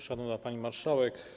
Szanowna Pani Marszałek!